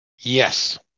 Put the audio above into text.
yes